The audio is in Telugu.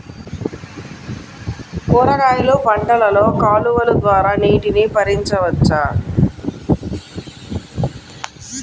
కూరగాయలు పంటలలో కాలువలు ద్వారా నీటిని పరించవచ్చా?